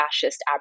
fascist